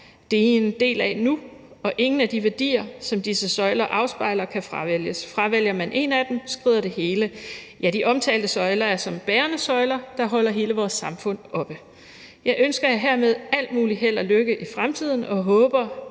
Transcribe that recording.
Det er I en del af nu, og ingen af de værdier, som disse søjler afspejler, kan fravælges. Fravælger man én af dem, skrider det hele – ja, de omtalte søjler er som bærende søjler, der holder hele vores samfund oppe. Jeg ønsker jer hermed alt muligt held og lykke i fremtiden og håber,